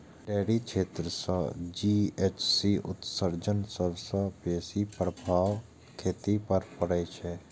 dairy क्षेत्र सं GHG उत्सर्जनक सबसं बेसी प्रभाव खेती पर पड़ै छै